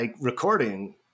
recording